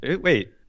Wait